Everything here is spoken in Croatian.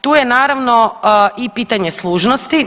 Tu je naravno i pitanje služnosti.